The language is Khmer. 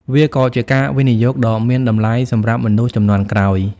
វាក៏ជាការវិនិយោគដ៏មានតម្លៃសម្រាប់មនុស្សជំនាន់ក្រោយ។